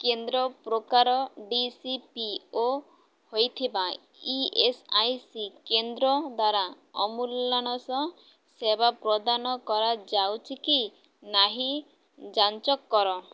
କେନ୍ଦ୍ର ପ୍ରକାର D C B O ହୋଇଥିବା ଇ ଏସ୍ ଆଇ ସି କେନ୍ଦ୍ର ଦ୍ୱାରା ଆମ୍ବୁଲାନ୍ସ ସେବା ପ୍ରଦାନ କରାଯାଉଛି କି ନାହିଁ ଯାଞ୍ଚ କର